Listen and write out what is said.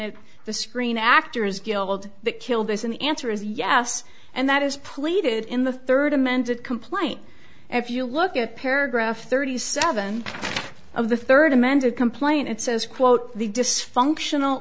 it the screen actors guild that killed this in the answer is yes and that is pleaded in the third amended complaint if you look at paragraph thirty seven of the third amended complaint it says quote the dysfunctional